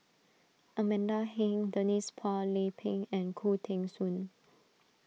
Amanda Heng Denise Phua Lay Peng and Khoo Teng Soon